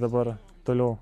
dabar toliau